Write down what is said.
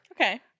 Okay